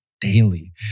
daily